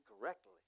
correctly